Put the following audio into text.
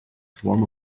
swarm